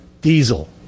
diesel